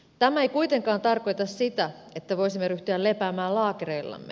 tämä ei kuitenkaan tarkoita sitä että voisimme ryhtyä lepäämään laakereillamme